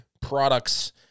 products